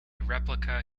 replica